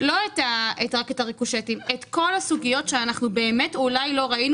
לא רק את הריקושטים אלא כל הסוגיות שאנחנו באמת אולי לא ראינו